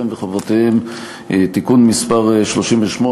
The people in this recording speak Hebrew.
זכויותיהם וחובותיהם (תיקון מס' 38)